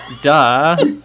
Duh